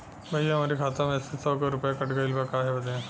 भईया हमरे खाता में से सौ गो रूपया कट गईल बा काहे बदे?